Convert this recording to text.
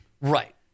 Right